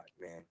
man